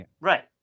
Right